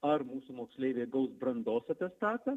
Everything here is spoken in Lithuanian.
ar mūsų moksleiviai gaus brandos atestatą